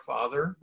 Father